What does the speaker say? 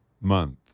month